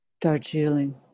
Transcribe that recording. Darjeeling